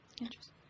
Interesting